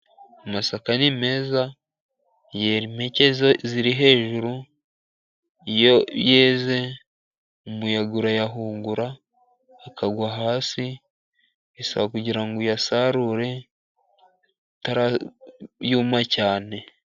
Amasaka ni meza yera impeke ze ziri hejuru, iyo yeze umuyaga urayahungura akagwa hasi, bisaba kugira ngo uyasarure atari yuma cyane.